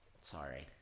Sorry